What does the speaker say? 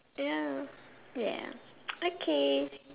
ya ya okay